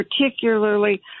particularly